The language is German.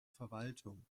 verwaltung